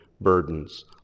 burdens